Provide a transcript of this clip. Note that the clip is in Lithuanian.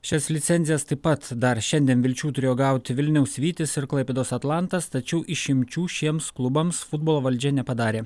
šias licencijas taip pat dar šiandien vilčių turėjo gauti vilniaus vytis ir klaipėdos atlantas tačiau išimčių šiems klubams futbolo valdžia nepadarė